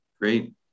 Great